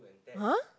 !huh!